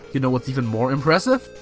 you know what's even more impressive?